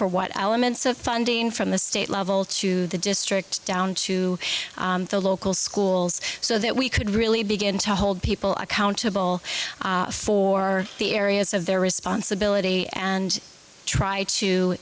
for what elements of funding from the state level to the district down to the local schools so that we could really begin to hold people accountable for the areas of their responsibility and try to